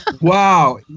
Wow